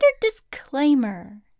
disclaimer